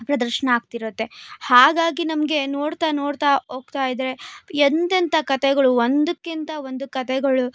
ಪ್ರದರ್ಶನ ಆಗ್ತಿರುತ್ತೆ ಹಾಗಾಗಿ ನಮಗೆ ನೋಡ್ತಾ ನೋಡ್ತಾ ಹೋಗ್ತಾ ಇದ್ದರೆ ಎಂಥೆಂಥ ಕಥೆಗಳು ಒಂದಕ್ಕಿಂತ ಒಂದು ಕಥೆಗಳು